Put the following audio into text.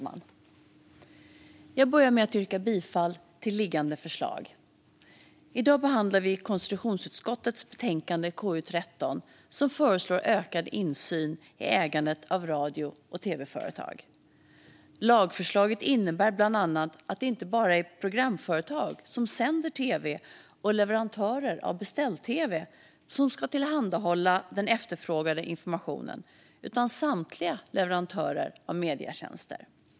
Herr talman! Jag yrkar bifall till förslaget i betänkandet. Vi behandlar nu konstitutionsutskottets betänkande KU13, som föreslår ökad insyn i ägandet av radio och tv-företag. Lagförslaget innebär bland annat att det inte bara är programföretag som sänder tv och leverantörer av beställ-tv som ska tillhandahålla den efterfrågade informationen, utan samtliga leverantörer av medietjänster.